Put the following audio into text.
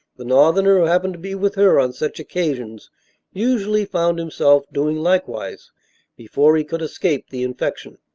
the northerner who happened to be with her on such occasions usually found himself doing likewise before he could escape the infection.